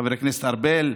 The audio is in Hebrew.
חבר הכנסת ארבל,